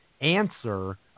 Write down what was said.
answer